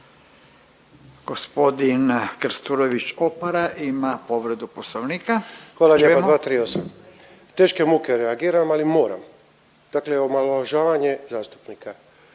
(HDZ)** 238. Teške muke reagiram ali moram. Dakle, omalovažavanje zastupnika.